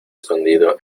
escondido